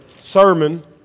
sermon